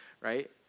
right